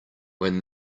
when